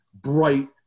bright